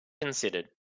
considered